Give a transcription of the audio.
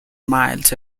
miles